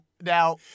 now